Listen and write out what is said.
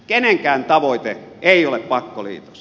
kenenkään tavoite ei ole pakkoliitos